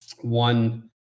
one